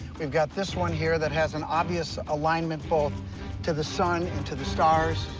we've got this one here that has an obvious alignment both to the sun and to the stars.